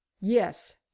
yes